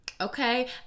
okay